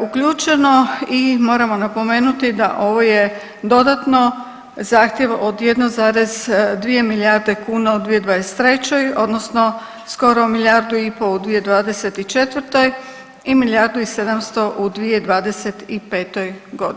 uključeno i moramo napomenuti da ovo je dodatno zahtjeva od 1,2 milijarde kuna u 2023. odnosno skoro milijardu i po' u 2024. i milijardu i 700 u 2025. g. Hvala.